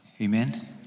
Amen